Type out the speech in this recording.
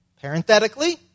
Parenthetically